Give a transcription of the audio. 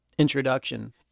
Introduction